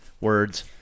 words